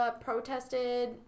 protested